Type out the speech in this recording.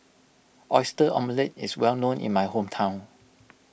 Oyster Omelette is well known in my hometown